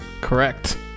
Correct